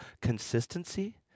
Consistency